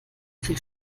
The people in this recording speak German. viel